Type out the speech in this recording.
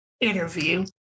interview